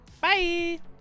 Bye